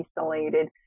isolated